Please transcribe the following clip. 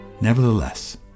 Nevertheless